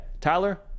Tyler